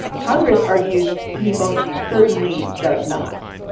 congress argues he most certainly does not.